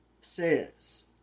says